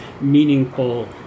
meaningful